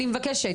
אני מבקשת,